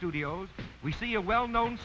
studios we see a well known